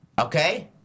okay